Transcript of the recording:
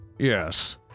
yes